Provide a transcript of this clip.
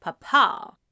Papa